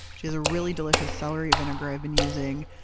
she has a really delicious celery vinaigrette i've been using,